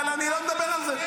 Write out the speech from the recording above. אני לא מדבר על זה.